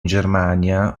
germania